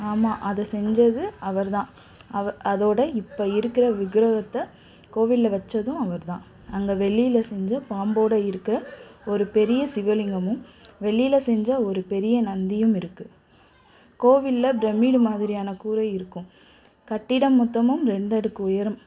ஆமாம் அதை செய்தது அவர்தான் அவ அதோடு இப்போ இருக்கிற விக்கிரகத்தை கோவில்லில் வைத்ததும் அவர்தான் அங்கே வெள்ளில் செய்த பாம்போடு இருக்கிற ஒரு பெரிய சிவலிங்கமும் வெள்ளியில் செய்த ஒரு பெரிய நந்தியும் இருக்குது கோவில்லில் பிரமிடு மாதிரியான கூரை இருக்கும் கட்டிடம் மொத்தமும் ரெண்டு அடுக்கு உயரம்